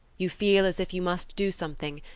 you feel as if you must do something,